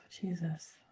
Jesus